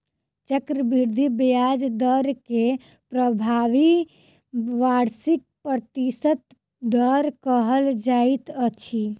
चक्रवृद्धि ब्याज दर के प्रभावी वार्षिक प्रतिशत दर कहल जाइत अछि